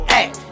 act